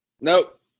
nope